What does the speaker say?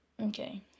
Okay